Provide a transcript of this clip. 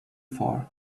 for